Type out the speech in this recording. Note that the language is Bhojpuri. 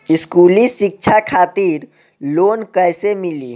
स्कूली शिक्षा खातिर लोन कैसे मिली?